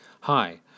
Hi